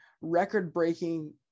record-breaking